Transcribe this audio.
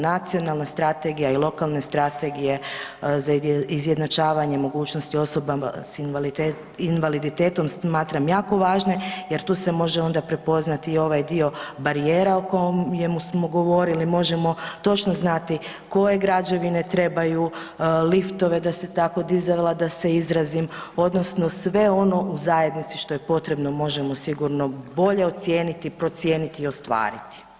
Nacionalna strategija i lokalne strategije za izjednačavanje mogućnosti osobama s invaliditetom smatram jako važne jer tu se može onda prepoznati i ovaj dio barijera o kojemu smo govorili, možemo točno znati koje građevine trebaju liftove, da se tako dizala da se izrazim odnosno sve ono u zajednici što je potrebno možemo sigurno bolje ocijeniti, procijeniti i ostvariti.